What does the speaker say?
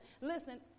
Listen